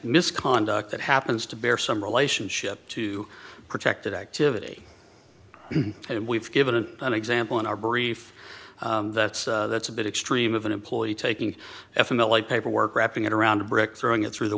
misconduct that happens to bear some relationship to protected activity and we've given an example in our brief that's that's a bit extreme of an employee taking f mily paperwork wrapping it around a brick throwing it through the